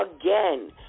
again